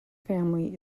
family